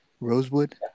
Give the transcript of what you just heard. Rosewood